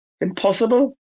Impossible